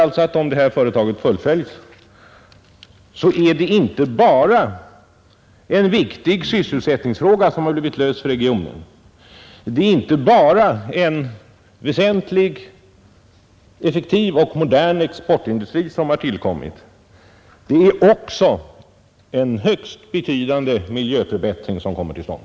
Om företaget fullföljs är det inte bara en viktig sysselsättningsfråga som blivit löst för regionen, det är inte bara en väsentlig, effektiv och modern exportindustri som har tillkommit. Även en högst betydande miljöförbättring kommer till stånd.